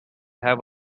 have